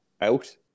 out